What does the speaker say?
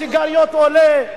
סיגריות עולה,